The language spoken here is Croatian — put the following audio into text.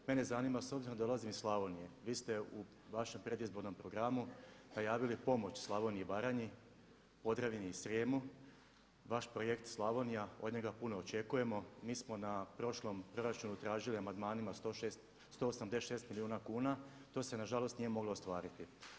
Mene zanima s obzirom da dolazim iz Slavonije, vi ste u vašem predizbornom programu najavili pomoć Slavoniji i Baranji, Podravini i Srijemu, vaš Projekt Slavonija od njega puno očekujemo, mi smo na prošlom proračunu tražili amandmanima 186 milijuna kuna, to se nažalost nije moglo ostvariti.